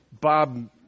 Bob